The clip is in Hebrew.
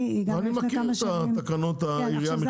--- אני מכיר את התקנות לעירייה לגבי מכרזים.